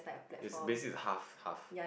is basic is half half